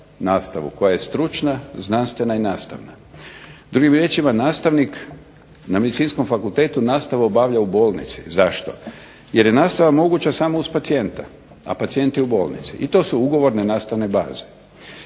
koja je stručna, zdravstvena i nastavna. Drugim riječima nastavnik na Medicinskom fakultetu nastavu obavlja u bolnici zašto? Jer je nastava moguća uz pacijenta a pacijent je u bolnici i to su ugovorne nastavne baze.